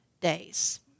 days